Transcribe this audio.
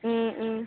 ம் ம்